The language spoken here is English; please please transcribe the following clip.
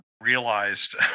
realized